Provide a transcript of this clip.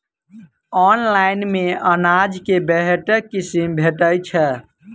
Online मे अनाज केँ बेहतर किसिम भेटय छै?